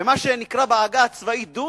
מה שנקרא בעגה הצבאית דו"צ,